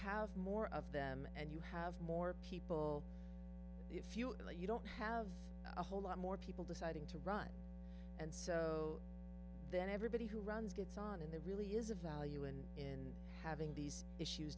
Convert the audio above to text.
have more of them and you have more people if you like you don't have a whole lot more people deciding to run and so then everybody who runs gets on and that really is a value and is and having these issues